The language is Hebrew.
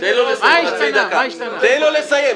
תן לו לסיים.